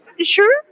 Sure